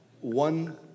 one